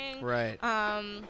right